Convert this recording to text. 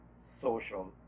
social